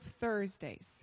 Thursdays